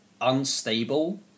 unstable